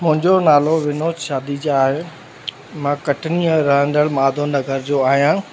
मुंहिंजो नालो विनोद शादीजा आहे मां कटनीअ जो रहंदण माधव नगर जो आहियां